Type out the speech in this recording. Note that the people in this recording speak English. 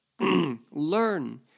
Learn